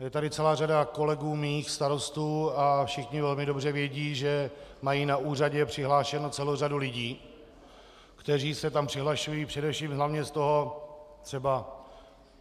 Je tady celá řada mých kolegů starostů a všichni velmi dobře vědí, že mají na úřadě přihlášenu celou řadu lidí, kteří se tam přihlašují především z toho důvodu třeba